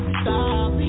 stop